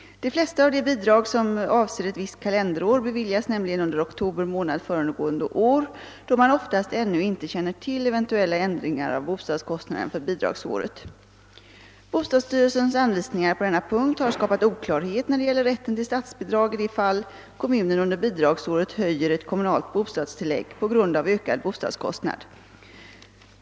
De flesta av de bidrag som avser ett visst kalenderår beviljas nämligen under oktober månad föregående år, då man oftast ännu inte känner till eventuella ändringar av bostadskostnaden för bidragsåret. Bostadsstyrelsens anvisningar på denna punkt har skapat oklarhet när det gäller rätten till statsbidrag i de fall kommun under bidragsåret höjer ett kommunalt bostadstillägg på grund av ökad bostadskostnad.